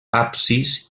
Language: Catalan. absis